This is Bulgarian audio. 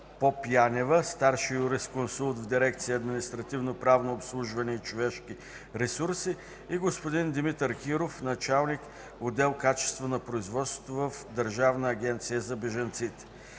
Попянева – старши юрисконсулт в дирекция „Административно-правно обслужване и човешки ресурси” и господин Димитър Киров – началник-отдел „Качество на производството” в Държавната агенция за бежанците.